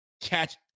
catch